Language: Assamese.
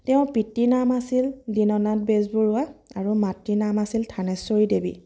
তেওঁৰ পিতৃৰ নাম আছিল দীননাথ বেজবৰুৱা আৰু মাতৃৰ নাম আছিল থানেশ্বৰী দেৱী